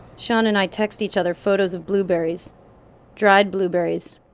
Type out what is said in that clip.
sean and i text each other photos of blueberries dried blueberries,